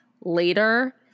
later